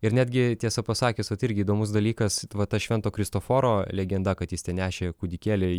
ir netgi tiesą pasakius vat irgi įdomus dalykas va ta švento kristoforo legenda kad jis nešė kūdikėliai